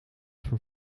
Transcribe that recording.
van